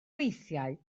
weithiau